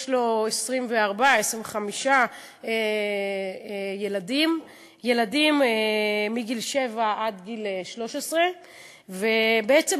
יש בו 25-24 ילדים מגיל שבע עד גיל 13. ובעצם,